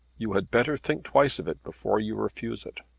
you had better think twice of it before you refuse it.